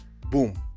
boom